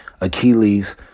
Achilles